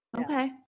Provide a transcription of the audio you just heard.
Okay